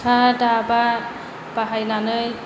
खा दाबा बाहायनानै